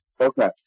Okay